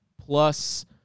plus